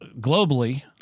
globally